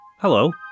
Hello